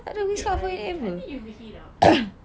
merepek lah you ini I think you're making it up